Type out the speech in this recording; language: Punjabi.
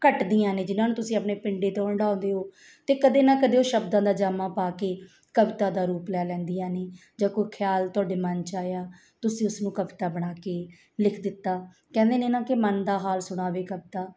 ਘਟਦੀਆਂ ਨੇ ਜਿਨ੍ਹਾਂ ਨੂੰ ਤੁਸੀਂ ਆਪਣੇ ਪਿੰਡੇ ਤੋਂ ਹੰਢਾਉਂਦੇ ਹੋ ਅਤੇ ਕਦੇ ਨਾ ਕਦੇ ਉਹ ਸ਼ਬਦਾਂ ਦਾ ਜਾਮਾ ਪਾ ਕੇ ਕਵਿਤਾ ਦਾ ਰੂਪ ਲੈ ਲੈਂਦੀਆਂ ਨੇ ਜਾਂ ਕੋਈ ਖਿਆਲ ਤੁਹਾਡੇ ਮਨ 'ਚ ਆਇਆ ਤੁਸੀਂ ਉਸਨੂੰ ਕਵਿਤਾ ਬਣਾ ਕੇ ਲਿਖ ਦਿੱਤਾ ਕਹਿੰਦੇ ਨੇ ਨਾ ਕਿ ਮਨ ਦਾ ਹਾਲ ਸੁਣਾਵੇ ਕਵਿਤਾ